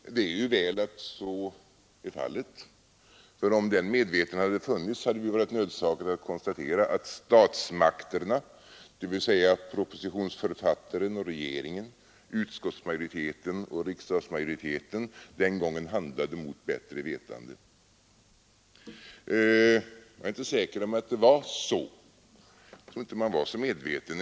Och det är ju väl att så är fallet: om den medvetenheten hade funnits, hade vi varit nödsakade att konstatera att statsmakterna — dvs. propositionsförfattaren och regeringen, utskottsmajoriteten och riksdagsmajoriteten — den gången handlade mot bättre vetande. Jag är inte säker på att det var så. Jag tror inte att man var så medveten.